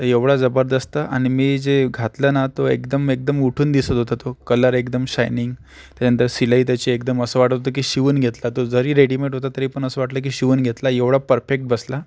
तर एवढा जबरदस्त आणि मी जे घातलं ना तो एकदम एकदम उठून दिसत होतं तो कलर एकदम शायनिंग त्यानंतर शिलाई त्याची एकदम असं वाटत होतं की शिवून घेतला तो जरी रेडिमेड होता तरी पण असं वाटलं की शिवून घेतला एवढा परफेक्ट बसला